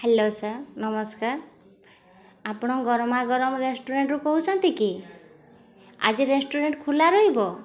hello sir ନମସ୍କାର ଆପଣ ଗରମା ଗରମ ରେଷ୍ଟୁରାଣ୍ଟରୁ କହୁଛନ୍ତି କି ଆଜି ରେଷ୍ଟୁରାଣ୍ଟ୍ ଖୋଲା ରହିବ